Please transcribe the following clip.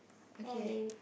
okay